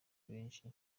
benshi